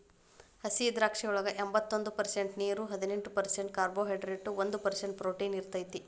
ಹಸಿದ್ರಾಕ್ಷಿಯೊಳಗ ಎಂಬತ್ತೊಂದ ಪರ್ಸೆಂಟ್ ನೇರು, ಹದಿನೆಂಟ್ ಪರ್ಸೆಂಟ್ ಕಾರ್ಬೋಹೈಡ್ರೇಟ್ ಒಂದ್ ಪರ್ಸೆಂಟ್ ಪ್ರೊಟೇನ್ ಇರತೇತಿ